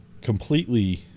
Completely